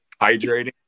Hydrating